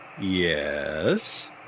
Yes